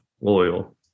loyal